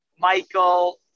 Michael